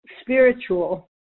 spiritual